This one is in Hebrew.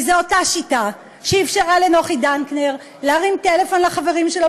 וזו אותה שיטה שאפשרה לנוחי דנקנר להרים טלפון לחברים שלו